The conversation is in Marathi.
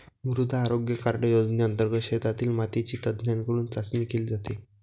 मृदा आरोग्य कार्ड योजनेंतर्गत शेतातील मातीची तज्ज्ञांकडून चाचणी केली जाते